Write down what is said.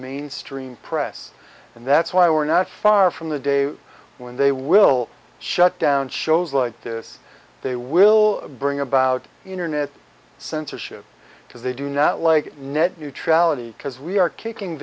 mainstream press and that's why we're not far from the day when they will shut down shows like this they will bring about internet censorship because they do not like net neutrality because we are kicking